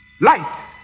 light